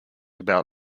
about